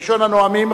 ראשון הנואמים,